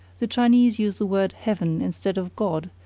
the chinese use the word heaven instead of god,